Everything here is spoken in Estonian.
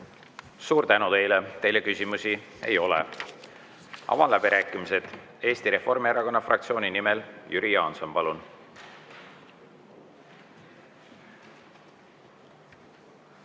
Suur tänu teile! Teile küsimusi ei ole. Avan läbirääkimised. Eesti Reformierakonna fraktsiooni nimel Jüri Jaanson, palun!